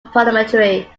parliamentary